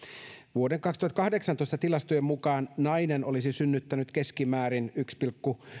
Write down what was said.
vuoden kaksituhattakahdeksantoista tilastojen mukaan nainen olisi synnyttänyt keskimäärin yksi pilkku